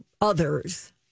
others